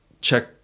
check